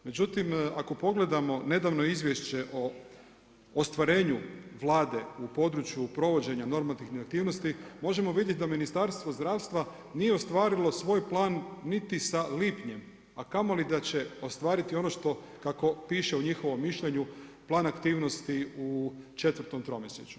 Međutim, ako pogledamo nedavno Izvješće o ostvarenju Vlade u području provođenja normativnih aktivnosti možemo vidjeti da Ministarstvo zdravstva nije ostvarilo svoj plan niti sa lipnjem, a kamoli da će ostvariti ono kako piše u njihovom mišljenju, plan aktivnosti u četvrtom tromjesečju.